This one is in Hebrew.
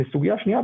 וסוגיה שנייה,